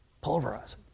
pulverize